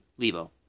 Levo